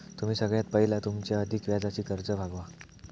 तुम्ही सगळ्यात पयला तुमची अधिक व्याजाची कर्जा भागवा